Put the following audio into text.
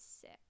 sick